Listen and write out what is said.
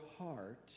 heart